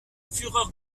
fureur